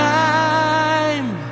time